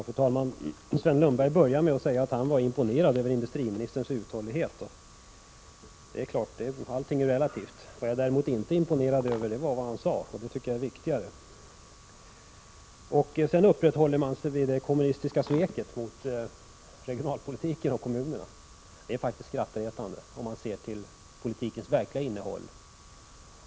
Fru talman! Sven Lundberg började med att säga att han var imponerad av industriministerns uthållighet. Det är klart att allting är relativt. Vad jag för min del inte är imponerad av är vad industriministern sade, och det tycker jag är viktigare. Man upprätthåller sig här vid det som man kallar det kommunistiska sveket mot regionalpolitiken och kommunerna. Det är skrattretande, om man ser till politikens verkliga innehåll.